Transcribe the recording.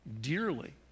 dearly